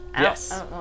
Yes